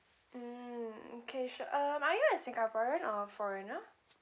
mm okay sure um are you a singaporean or a foreigner